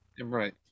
right